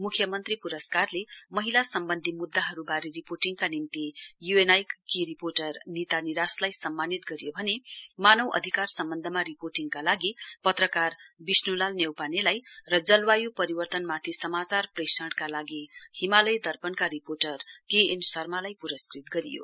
मुख्यमन्त्री प्रस्कारले महिला सम्बन्धी मुदधाहरुवारे रिपोर्टङका निम्ति यूएनआई की रिपोर्टर नीता निराशलाई सम्मानित गरियो भने मानव अधिकार सम्बन्धमा रिपोर्टिङका लागि पत्रकार विष्ण् लाल न्यौपानेलाई र जलवाय् परिवर्तनमाथि समाचार प्रेषणका लागि हिमालय दपर्णका रिपोर्टर के एन शर्मालाई पुरस्कृत गरियो